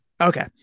Okay